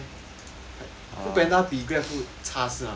food panda 比 GrabFood 差是吗